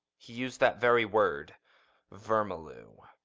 he used that very word vermoulu.